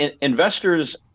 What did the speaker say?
investors